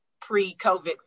pre-COVID